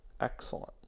Excellent